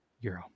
euro